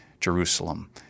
Jerusalem